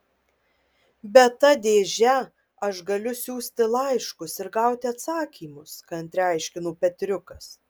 bet ta dėže aš galiu siųsti laiškus ir gauti atsakymus kantriai aiškino petriukas